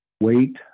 wait